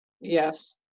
yes